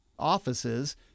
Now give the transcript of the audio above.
offices